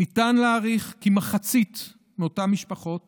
ניתן להעריך כי מחצית מאותן משפחות